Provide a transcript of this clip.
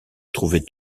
trouvait